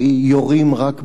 כי יורים רק באויבים?